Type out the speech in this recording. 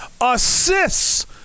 Assists